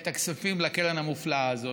את הכספים לקרן המופלאה הזאת,